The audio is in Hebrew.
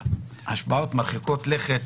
השפעות מרחיקות לכת